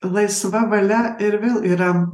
laisva valia ir vėl yra